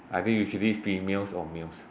are they usually females or males